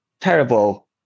Terrible